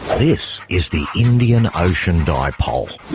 this is the indian ocean dipole.